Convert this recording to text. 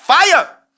fire